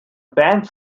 banks